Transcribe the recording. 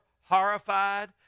horrified